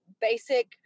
basic